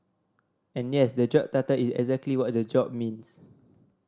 and yes the job title is exactly what the job means